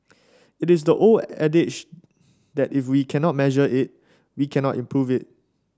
it is the old adage that if we cannot measure it we cannot improve it